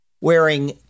wearing